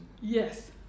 Yes